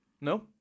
No